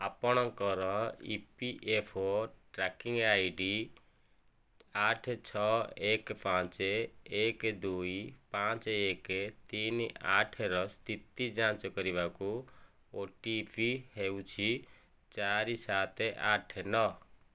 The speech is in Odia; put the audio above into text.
ଆପଣଙ୍କର ଇପିଏଫ୍ଓ ଟ୍ରାକିଂ ଆଇଡି ଆଠ ଛ ଏକ ପାଞ୍ଚ ଏକ ଦୁଇ ପାଞ୍ଚ ଏକ ତିନି ଆଠ ର ସ୍ଥିତି ଯାଞ୍ଚ କରିବାକୁ ଓଟିପି ହେଉଛି ଚାରି ସାତ ଆଠ ନ